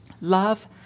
Love